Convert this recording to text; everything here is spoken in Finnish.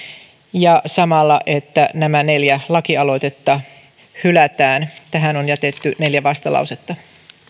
ja samalla että nämä neljä aloitetta hylätään tähän on jätetty neljä vastalausetta